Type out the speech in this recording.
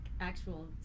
actual